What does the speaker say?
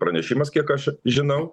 pranešimas kiek aš žinau